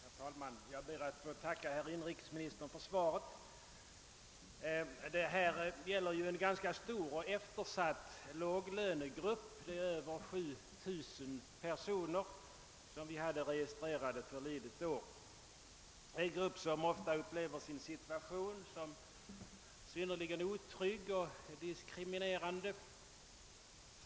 Herr talman! Jag ber att få tacka herr inrikesministern för svaret. Det gäller här en ganska stor men eftersatt låglönegrupp. Förra året hade vi över 7 000 arkivarbetare inregistrerade. Dessa måste uppleva sin situation som synnerligen otrygg, och de känner sig diskriminerade.